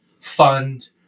fund